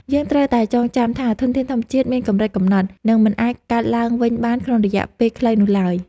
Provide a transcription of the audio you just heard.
យើងត្រូវតែចងចាំថាធនធានធម្មជាតិមានកម្រិតកំណត់ និងមិនអាចកើតឡើងវិញបានក្នុងរយៈពេលខ្លីនោះឡើយ។